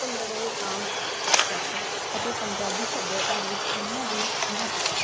ਭੰਗੜੇ ਦੇ ਆਮ ਸਟੈਪ ਅਤੇ ਪੰਜਾਬੀ ਸੱਭਿਆਚਾਰ ਵਿੱਚ ਉਹਨਾਂ ਦੀ ਮਹੱਤਤਾ